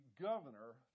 governor